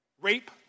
rape